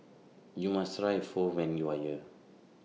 YOU must Try Pho when YOU Are here